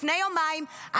לפני יומיים,